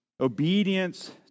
Obedience